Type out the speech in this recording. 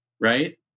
right